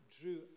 drew